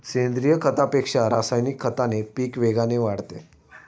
सेंद्रीय खतापेक्षा रासायनिक खताने पीक वेगाने वाढते